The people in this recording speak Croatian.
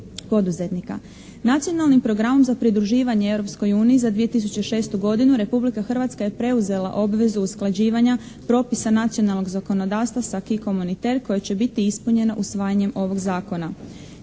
poduzetnika. Nacionalnim programom za pridruživanje Europskoj uniji za 2006. godinu Republika Hrvatska je preuzela obvezu usklađivanja propisa nacionalnog gospodarstva sa Acquis Comunitaire koji će biti ispunjeno usvajanjem ovog zakona.